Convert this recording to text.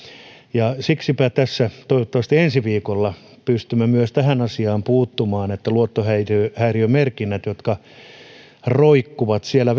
siksipä tässä toivottavasti ensi viikolla pystymme puuttumaan myös tähän asiaan että luottohäiriömerkinnät roikkuvat siellä